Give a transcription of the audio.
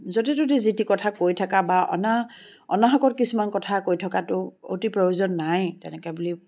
য'তে ত'তে যি তি কথা কৈ থকা বা অনা অনাহকত কিছুমান কথা কৈ থকাটো অতি প্ৰয়োজন নাই তেনেকৈ বুলি